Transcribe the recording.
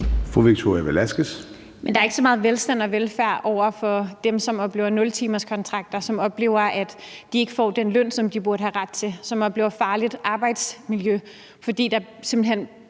der er ikke så meget velstand og velfærd over for dem, som oplever nultimerskontrakter; som oplever, at de ikke får den løn, som de burde have ret til; som oplever farligt arbejdsmiljø, fordi der simpelt hen